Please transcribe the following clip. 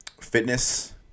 fitness